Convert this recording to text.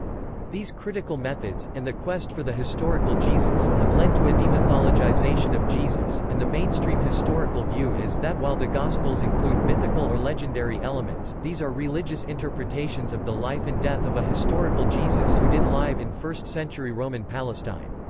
these critical methods, and the quest for the historical jesus, have led to a demythologization of jesus, and the mainstream historical view is that while the gospels include mythical or legendary elements, these are religious interpretations of the life and death of a historical jesus who did live in first century roman palestine.